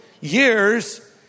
years